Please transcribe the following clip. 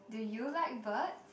do you like birds